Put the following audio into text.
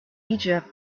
egypt